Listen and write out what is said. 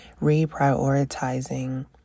reprioritizing